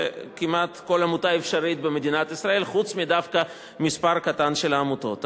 וכמעט כל עמותה אפשרית במדינת ישראל חוץ מדווקא מספר קטן של עמותות.